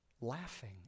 Laughing